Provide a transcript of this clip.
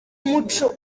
umuco